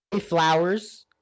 Flowers